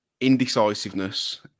indecisiveness